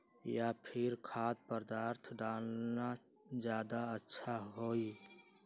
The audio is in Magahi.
या फिर खाद्य पदार्थ डालना ज्यादा अच्छा होई?